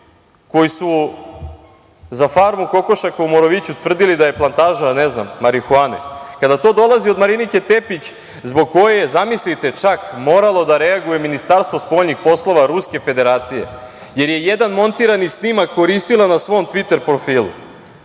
koji su za farmu kokošaka u Moroviću tvrdili da je plantaža marihuane, kada to dolazi od Marinike Tepić zbog koje je, zamislite, čak moralo da reaguje Ministarstvo spoljnih poslova Ruske Federacije, jer je jedan montirani snimak koristila na svom Tviter profilu,